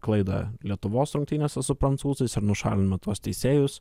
klaidą lietuvos rungtynėse su prancūzais ir nušalino tuos teisėjus